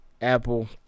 Apple